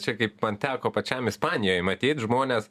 čia kaip man teko pačiam ispanijoj matyt žmonės